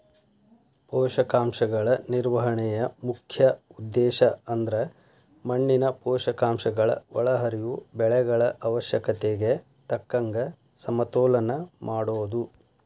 ಪೋಷಕಾಂಶಗಳ ನಿರ್ವಹಣೆಯ ಮುಖ್ಯ ಉದ್ದೇಶಅಂದ್ರ ಮಣ್ಣಿನ ಪೋಷಕಾಂಶಗಳ ಒಳಹರಿವು ಬೆಳೆಗಳ ಅವಶ್ಯಕತೆಗೆ ತಕ್ಕಂಗ ಸಮತೋಲನ ಮಾಡೋದು